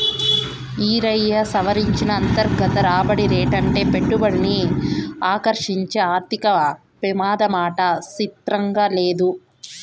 ఈరయ్యా, సవరించిన అంతర్గత రాబడి రేటంటే పెట్టుబడిని ఆకర్సించే ఆర్థిక పెమాదమాట సిత్రంగా లేదూ